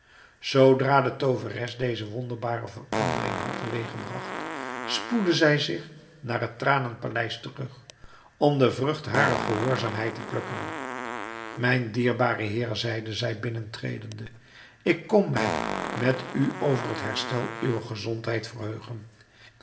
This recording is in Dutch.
zoodra de tooveres deze wonderbare verandering had te weeg gebragt spoedde zij zich naar het tranenpaleis terug om de vrucht harer gehoorzaamheid te plukken mijn dierbare heer zeide zij binnentredende ik kom mij met u over het herstel uwer gezondheid verheugen